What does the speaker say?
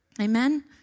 Amen